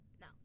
No